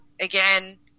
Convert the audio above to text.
again